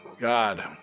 God